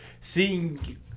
seeing